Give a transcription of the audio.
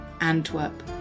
Antwerp